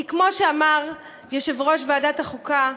כי כמו שאמר יושב-ראש ועדת החוקה,